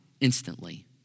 instantly